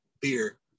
beer